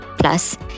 Plus